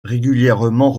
régulièrement